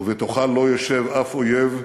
ובתוכה לא ישב אף אויב,